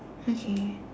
okay